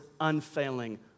unfailing